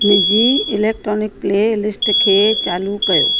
मुंहिंजी electronic playlist खे चालू कयो